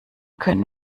können